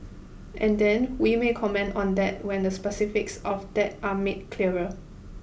and then we may comment on that when the specifics of that are made clearer